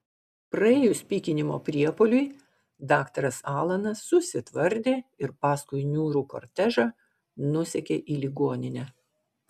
praėjus pykinimo priepuoliui daktaras alanas susitvardė ir paskui niūrų kortežą nusekė į ligoninę